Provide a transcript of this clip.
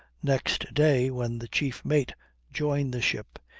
next day, when the chief mate joined the ship,